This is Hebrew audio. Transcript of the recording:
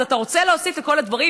אז אתה רוצה להוסיף את כל הדברים?